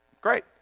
great